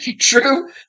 True